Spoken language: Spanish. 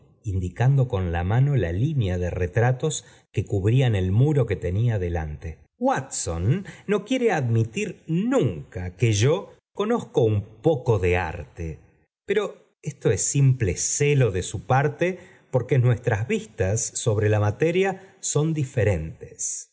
indicando con la mano la línea de retratos que cubrían el muro que tenía delante watson no quiere admitir nunca que yo conozco un poco de arte pero esto es simple celo de su parte porque nuestras vistas sobre la materia son diferentes